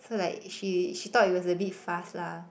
so like she she thought it was a bit fast lah